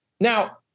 Now